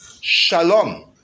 shalom